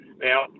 Now